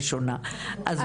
אני רק מציפה את זה.